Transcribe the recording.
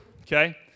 okay